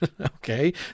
Okay